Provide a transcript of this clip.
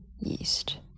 Yeast